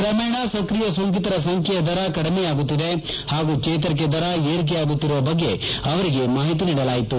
ಕ್ರಮೇಣ ಸ್ಕ್ರಿಯ ಸೋಂಕಿತರ ಸಂಖ್ಯೆಯ ದರ ಕಡಿಮೆಯಾಗುತ್ತಿದೆ ಹಾಗೂ ಚೇತರಿಕೆ ದರ ಏರಿಕೆಯಾಗುತ್ತಿರುವ ಬಗ್ಗೆ ಅವರಿಗೆ ಮಾಹಿತಿ ನೀಡಲಾಯಿತು